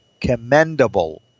commendable